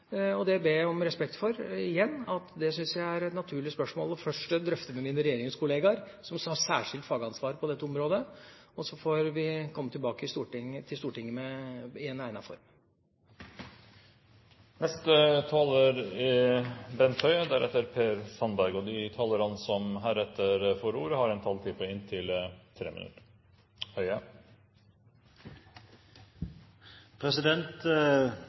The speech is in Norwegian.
ber igjen om respekt for at jeg syns dette er et naturlig spørsmål først å drøfte med mine regjeringskollegaer som har særskilt fagansvar på dette området, og så får vi komme tilbake til Stortinget i en egnet form. Replikkordskiftet er omme. De talere som heretter får ordet, har en taletid på inntil 3 minutter.